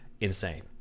insane